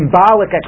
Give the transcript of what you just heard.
symbolic